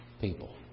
people